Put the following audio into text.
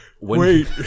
wait